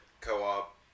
co-op